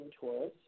Taurus